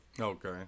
Okay